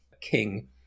king